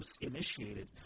initiated